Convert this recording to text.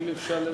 אם אפשר לסיים.